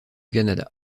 canada